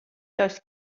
does